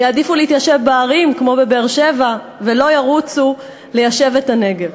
הם יעדיפו להתיישב בערים כמו בבאר-שבע ולא ירוצו ליישב את הנגב.